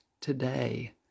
today